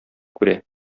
күрә